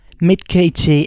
Mid-KT